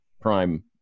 prime